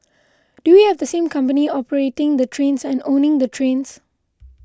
do we have the same company operating the trains and owning the trains